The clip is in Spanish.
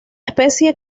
especie